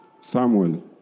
Samuel